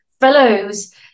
fellows